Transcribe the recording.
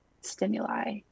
stimuli